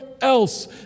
else